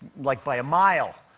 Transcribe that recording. like, by a mile.